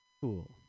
Cool